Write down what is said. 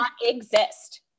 exist